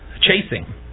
chasing